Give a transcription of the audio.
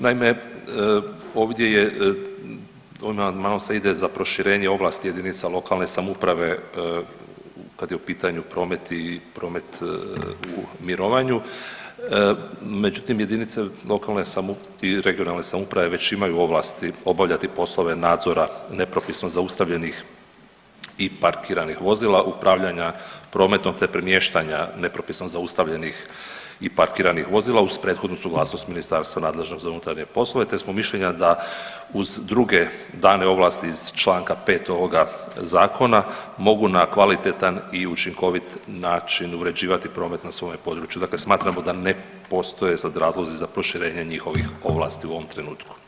Naime, ovdje je, ovim amandmanom se ide za proširenje ovlasti JLS kad je u pitanju promet i promet u mirovanju, međutim jedinice lokalne i regionalne samouprave već imaju ovlasti obavljati poslove nadzora nepropisno zaustavljenih i parkiranih vozila upravljanja prometom, te premještanja nepropisno zaustavljenih i parkiranih vozila uz prethodnu suglasnost ministarstva nadležnog za unutarnje poslove, te smo mišljenja da uz druge dane ovlasti iz čl. 5. ovoga zakona mogu na kvalitetan i učinkovit način uređivati promet na svome području, dakle smatramo da ne postoje sad razlozi za proširenje njihovih ovlasti u ovom trenutku.